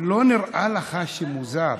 לא נראה לך מוזר